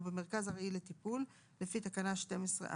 או במרכז ארעי לטיפול לפי תקנה 12א,